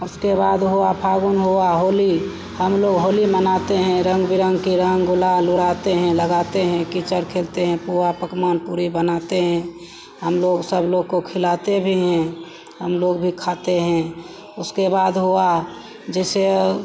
उसके बाद हुआ फागुन हुआ होली हमलोग होली मनाते हैं रंग बिरंग के रंग गुलाल उड़ाते हैं लगाते हैं कीचड़ खेलते हैं पुआ पकवान पूड़ी बनाते हैं हमलोग सब लोग को खिलाते भी हैं हमलोग भी खाते हैं उसके बाद हुआ जैसे